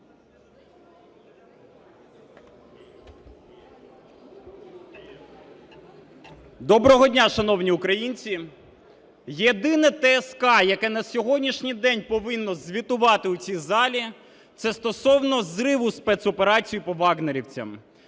Доброго дня, шановні українці! Єдина ТСК, яка на сьогоднішній день повинна звітувати в цій залі, – це стосовно зриву спецоперації по "вагнерівцям".